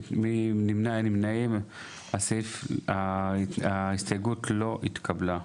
0 ההסתייגות לא התקבלה.